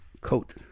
coat